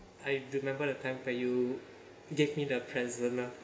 I remember the time when you gave me the present mah